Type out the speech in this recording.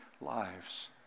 lives